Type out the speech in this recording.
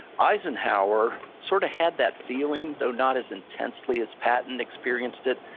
eisenhower sort of had that feeling, though not as intensely as patton experienced it,